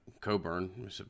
Coburn